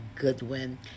Goodwin